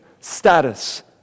status